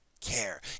care